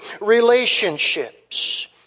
relationships